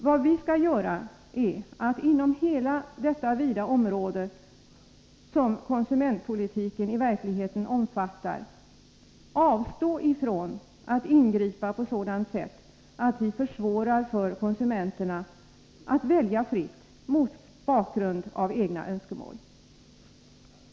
Vad vi skall göra är att inom hela det vida område, som konsumentpolitiken i verkligheten omfattar, avstå från att ingripa på sådant sätt att vi försvårar för konsumenterna att välja fritt mot bakgrund av egna önskemål.